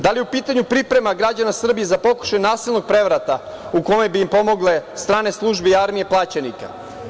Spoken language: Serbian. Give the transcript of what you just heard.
Da li je u pitanju priprema građana Srbije za pokušaj nasilnog prevrata u kome bi im pomogle strane službe i armije plaćenika?